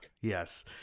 Yes